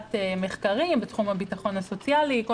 עריכת מחקרים בתחום הביטחון הסוציאלי וכל